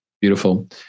Beautiful